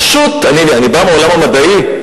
פשוט אני בא מהעולם המדעי,